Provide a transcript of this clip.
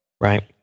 Right